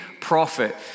prophet